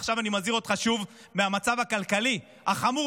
עכשיו אני מזהיר אותך שוב מהמצב הכלכלי החמור